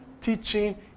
Teaching